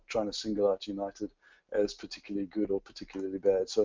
trying to single out united as particularly good or particularly bad. so